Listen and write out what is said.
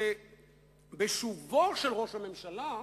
שבשובו של ראש הממשלה,